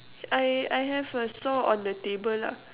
I I have a saw on the table lah